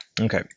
Okay